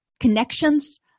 connections